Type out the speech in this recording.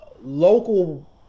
local